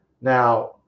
now